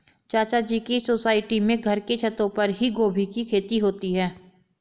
चाचा जी के सोसाइटी में घर के छतों पर ही गोभी की खेती होती है